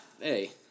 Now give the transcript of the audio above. hey